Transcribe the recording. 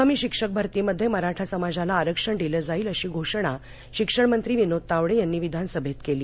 आगामी शिक्षक भरतीमध्ये मराठा समाजाला आरक्षण दिलं जाईल अशी घोषणा शिक्षण मंत्री विनोद तावडे यांनी विधान सभेत केली